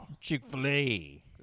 Chick-fil-A